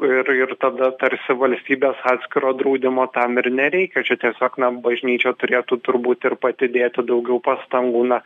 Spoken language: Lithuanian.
ir ir tada tarsi valstybės atskiro draudimo tam ir nereikia čia tiesiog na bažnyčia turėtų turbūt ir pati dėti daugiau pastangų na